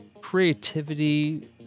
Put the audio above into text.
creativity